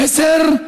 המסר,